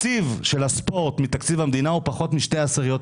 התקציב של הספורט מתקציב המדינה הוא פחות מ-0.2%.